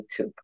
YouTube